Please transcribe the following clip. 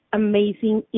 amazing